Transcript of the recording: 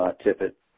tippet